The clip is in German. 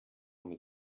mit